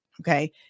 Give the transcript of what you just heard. Okay